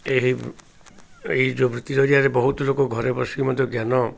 ଏହି ଏହି ଯେଉଁ ବୃତ୍ତି ଜରିଆରେ ବହୁତ ଲୋକ ଘରେ ବସିକି ମଧ୍ୟ ଜ୍ଞାନ